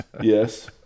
Yes